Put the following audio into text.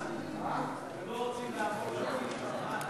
כי אתם לא רוצים לעמוד ב"התקווה"?